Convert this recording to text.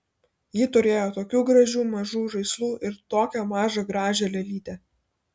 ji turėjo tokių gražių mažų žaislų ir tokią mažą gražią lėlytę